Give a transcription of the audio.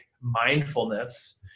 mindfulness